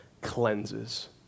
cleanses